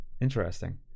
Interesting